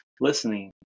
listening